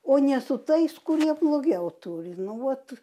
o ne su tais kurie blogiau turi nu vat